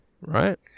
right